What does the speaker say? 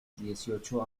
dieciocho